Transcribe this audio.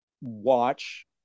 watch